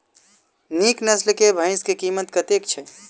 नीक नस्ल केँ भैंस केँ कीमत कतेक छै?